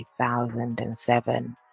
2007